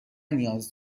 نیاز